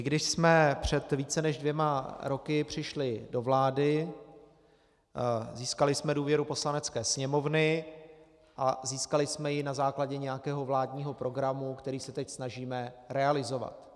Když jsme před více než dvěma roky přišli do vlády, získali jsme důvěru Poslanecké sněmovny a získali jsme ji na základě nějakého vládního programu, který se teď snažíme realizovat.